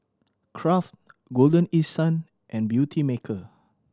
Kraft Golden East Sun and Beautymaker